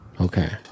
okay